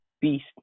beast